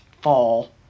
fall